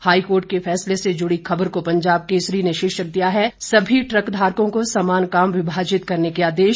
high court के फैसले से जुड़ी खबर को पंजाब केसरी ने शीर्षक दिया है सभी ट्रक धारकों को समान काम विभाजित करने के आदेश